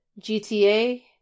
GTA